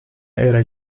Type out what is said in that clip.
era